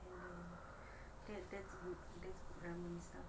and then that's good that's good ramen itself